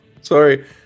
Sorry